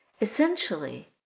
Essentially